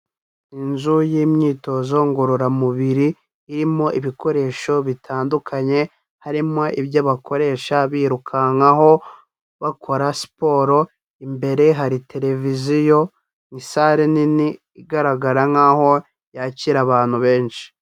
Inzu y'imyitozo ngororamubiri, irimo ibikoresho bitandukanye, harimo ibyo bakoresha birukankaho, bakora siporo, imbere hari televiziyo, ni sale nini igaragara nkaho yakira abantu benshi.